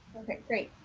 okay, great.